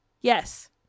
Yes